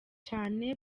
cane